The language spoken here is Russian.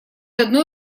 одной